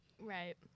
right